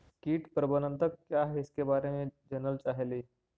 कीट प्रबनदक क्या है ईसके बारे मे जनल चाहेली?